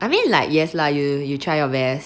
I mean like yes lah you you try your best